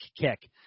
kick